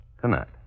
tonight